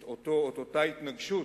את אותה התנגשות